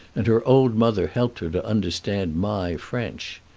and her old mother helped her to understand my french.